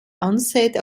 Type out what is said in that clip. onset